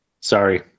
Sorry